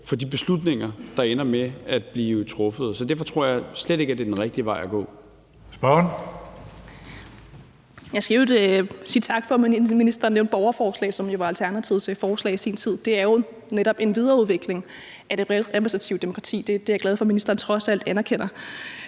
Tredje næstformand (Karsten Hønge): Spørgeren. Kl. 19:00 Christina Olumeko (ALT): Jeg skal i øvrigt sige tak for, at ministeren nævnte borgerforslag, som jo var Alternativets forslag i sin tid. Det er jo netop en videreudvikling af det repræsentative demokrati. Det er jeg glad for at ministeren trods alt anerkender.